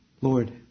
Lord